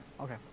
Okay